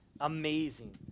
amazing